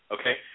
Okay